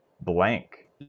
blank